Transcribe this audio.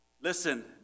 listen